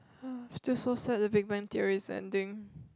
!ha! still so sad the Big-Bang Theory is ending